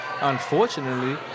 Unfortunately